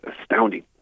astounding